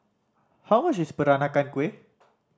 how much is Peranakan Kueh